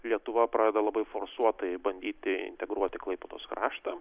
lietuva pradeda labai forsuotai bandyti integruoti klaipėdos kraštą